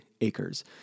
acres